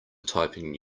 typing